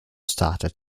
started